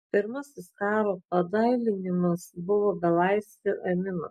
pirmasis karo padailinimas buvo belaisvių ėmimas